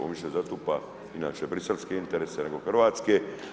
On više zastupa inače briselske interese nego hrvatske.